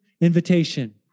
invitation